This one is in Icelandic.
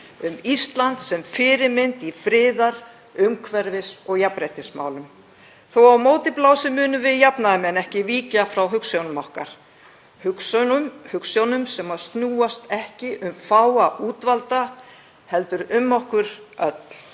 Um Ísland sem fyrirmynd í friðar-, umhverfis- og jafnréttismálum. Þó að á móti blási munum við jafnaðarmenn ekki víkja frá hugsjónum okkar. Hugsjónum sem snúast ekki um fáa útvalda, heldur um okkur öll.